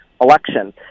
election